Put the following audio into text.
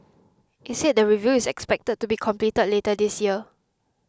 it said the review is expected to be completed later this year